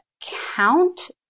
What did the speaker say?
count